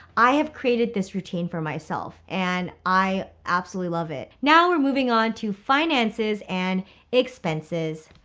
i have created this routine for myself and i absolutely love it. now we're moving on to finances and expenses.